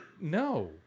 No